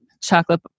chocolate